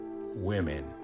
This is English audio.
women